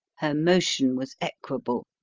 her motion was equable.